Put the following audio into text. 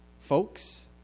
folks